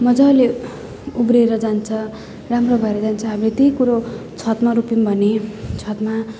मजाले उम्रिएर जान्छ राम्रो भएर जान्छ हाम्रो त्यही कुरो छतमा रोप्यौँ भने छतमा